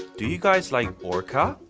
do you guys like orca,